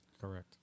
Correct